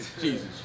Jesus